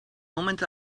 omens